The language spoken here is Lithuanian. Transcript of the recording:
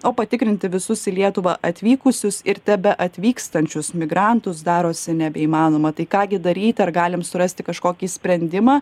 o patikrinti visus į lietuvą atvykusius ir tebeatvykstančius migrantus darosi nebeįmanoma tai ką gi daryt ar galim surasti kažkokį sprendimą